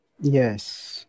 Yes